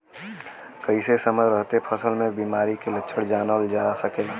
कइसे समय रहते फसल में बिमारी के लक्षण जानल जा सकेला?